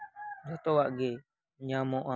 ᱡᱷᱚᱛᱚᱣᱟᱜ ᱜᱮ ᱧᱟᱢᱚᱜᱼᱟ